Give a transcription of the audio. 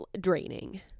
draining